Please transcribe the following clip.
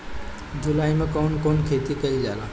जुलाई मे कउन कउन खेती कईल जाला?